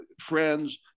friends